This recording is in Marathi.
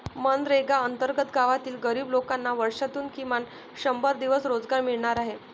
मनरेगा अंतर्गत गावातील गरीब लोकांना वर्षातून किमान शंभर दिवस रोजगार मिळणार आहे